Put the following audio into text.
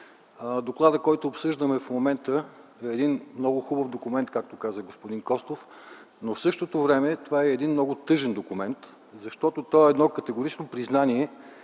Докладът, който обсъждаме в момента, е един много хубав документ, както каза господин Костов, но в същото време това е и един много тъжен документ, защото той е категорично признание